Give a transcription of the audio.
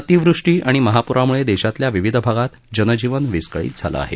अतिवृष्टी आणि महापुरामुळे देशातल्या विविध भागता जनजीवन विस्कळीत झालं आहे